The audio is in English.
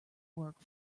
work